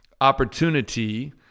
opportunity